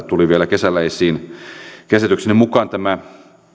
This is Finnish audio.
tuli vielä kesällä esiin käsitykseni mukaan tämä